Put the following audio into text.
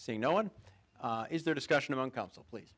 see no one is there discussion among council please